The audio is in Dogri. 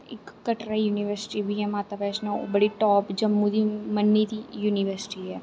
इक कटरा युनिवर्टसटी बी ऐ माता बैष्णो बड़ी टाप जम्मू दी मन्नी दी युनिवर्टसटी ऐ